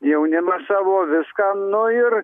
jaunimą savo viską nu ir